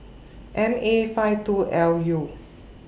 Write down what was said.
M A five two L U